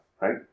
right